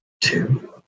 two